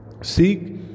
Seek